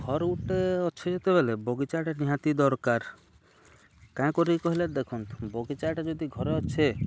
ଘର୍ ଗୁଟେ ଅଛେ ଯେତେବେଲେ ବଗିଚାଟା ନିହାତି ଦରକାର୍ କାଏଁ କରିକି କହିଲେ ଦେଖୁନ୍ ବଗିଚାଟା ଯଦି ଘରେ ଅଛେ